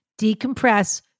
decompress